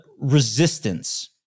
Resistance